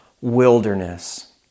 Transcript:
wilderness